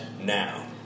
now